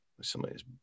Somebody's